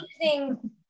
using